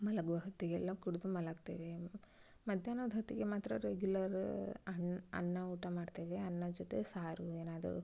ಮಲಗುವ ಹೊತ್ತಿಗೆಲ್ಲ ಕುಡಿದು ಮಲಗ್ತೇವೆ ಮಧ್ಯಾಹ್ನದ್ಹೊತ್ಗೆ ಮಾತ್ರ ರೆಗ್ಯುಲರ್ ಅನ್ನ ಅನ್ನ ಊಟ ಮಾಡ್ತೇವೆ ಅನ್ನದ ಜೊತೆ ಸಾರು ಏನಾದರೂ